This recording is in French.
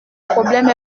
problème